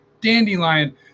dandelion